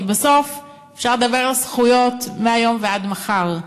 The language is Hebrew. כי בסוף, אפשר לדבר על זכויות מהיום ועד מחר,